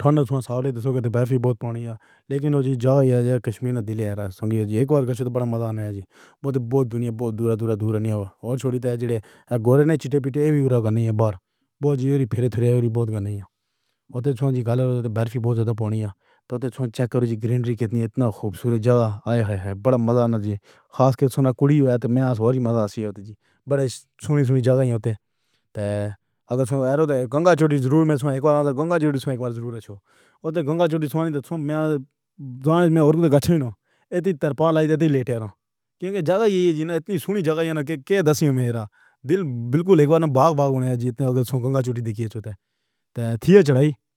ٹھنڈ توں ساواں لو تاں اوہ تے بہت پانی اے۔ پر جیہڑا جہاز اے کشمیر دل اے راجستھانی جی۔ اک واری وڈا مزا آیا جی بہت دنیا بہت دور دور دور نئیں ہو رہی سی۔ گورے چتر وی کر نئیں بار بہت ہو رہی ہو رہی بہت چیز۔ اوہ تاں جی گل اے کہ بہت زیادہ پانی اے تاں چیک کرو جی۔ گرینری کتنی ایہہ کتنا خُوبصورت تھاں اے۔ وڈا مزا جی۔ خاص کر سنن کڑی اے تاں میں بہت ہی مزا نال وڈے سنیے سنیے تھاںواں ہوندے تے اگر صبح گنگا چوٹی ضرور وچوں گنگا چوٹی اک واری ضرور چھو۔ گنگا چوٹی دا میاں جان میں تے گھچیاں نوں ایتھے دربار لائیٹ لیٹے ہو کیونکہ تھاں ایسا سنیا تھاں اے کہ دستیاں وچ ہیرا دل بالکل اک واری باک باک ہوون جیویں گنگا چوٹی دکھائی ہووے تاں تھیا چڑھائی۔